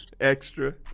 extra